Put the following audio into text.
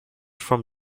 from